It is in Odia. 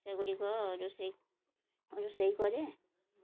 ସେଗୁଡ଼ିକ ରୋଷେଇ ରୋଷେଇ କରେ